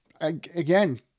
again